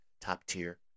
top-tier